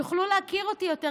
יוכלו להכיר אותי יותר,